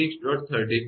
36 kV